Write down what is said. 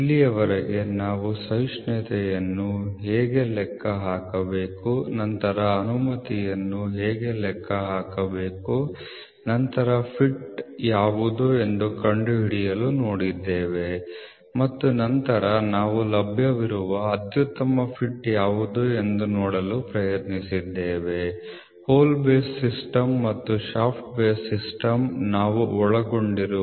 ಇಲ್ಲಿಯವರೆಗೆ ನಾವು ಸಹಿಷ್ಣುತೆಯನ್ನು ಹೇಗೆ ಲೆಕ್ಕ ಹಾಕಬೇಕು ನಂತರ ಅನುಮತಿಯನ್ನು ಹೇಗೆ ಲೆಕ್ಕ ಹಾಕಬೇಕು ನಂತರ ಫಿಟ್ ಯಾವುದು ಎಂದು ಕಂಡುಹಿಡಿಯಲು ನೋಡಿದ್ದೇವೆ ಮತ್ತು ನಂತರ ನಾವು ಲಭ್ಯವಿರುವ ಅತ್ಯುತ್ತಮ ಫಿಟ್ ಯಾವುದು ಎಂದು ನೋಡಲು ಪ್ರಯತ್ನಿಸಿದ್ದೇವೆ ಹೋಲ್ ಬೇಸ್ ಸಿಸ್ಟಮ್ ಮತ್ತು ಶಾಫ್ಟ್ ಬೇಸ್ ಸಿಸ್ಟಮ್ ಇವು ನಾವು ಒಳಗೊಂಡಿರುವ ವಿಷಯಗಳು